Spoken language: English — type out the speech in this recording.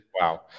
wow